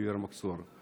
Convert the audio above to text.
ביר אל-מכסור.